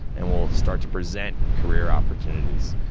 and will start to present career opportunities.